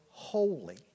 holy